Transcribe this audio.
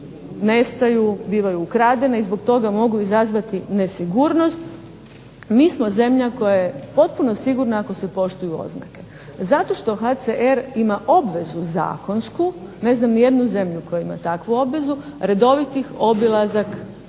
nestaju bivaju ukradene zbog toga mogu izazvati nesigurnost, mi smo zemlja koja je potpuno sigurna ako se poštuju oznake, zato što HCR ima obvezu zakonsku, ne znam ni jednu zemlju koja ima takvu obvezu, redovitih obilazak